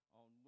on